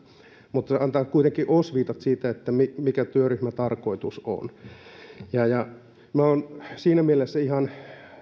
mutta antaa kuitenkin osviitat siitä mikä työryhmän tarkoitus on minä olen siinä mielessä ihan